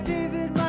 David